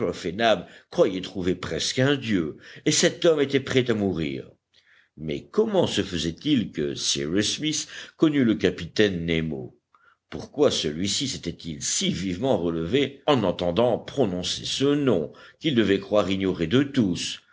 nab croyaient trouver presque un dieu et cet homme était prêt à mourir mais comment se faisait-il que cyrus smith connût le capitaine nemo pourquoi celui-ci s'était-il si vivement relevé en entendant prononcer ce nom qu'il devait croire ignoré de tous